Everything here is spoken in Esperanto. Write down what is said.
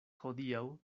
hodiaŭ